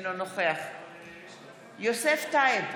אינו נוכח יוסף טייב,